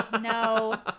No